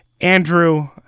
andrew